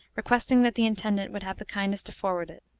requesting that the intendant would have the kindness to forward it.